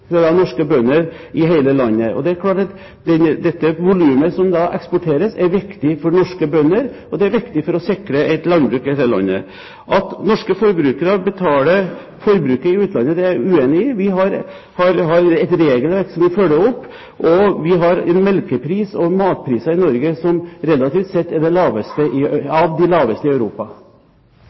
norske bønder i hele landet. Det er klart at det volumet som eksporteres, er viktig for norske bønder, og det er viktig for å sikre et landbruk i hele landet. At norske forbrukere betaler forbruket i utlandet, er jeg uenig i. Vi har et regelverk som vi følger opp, og vi har melkepriser og matpriser i Norge som relativt sett er av de laveste i Europa.